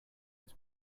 its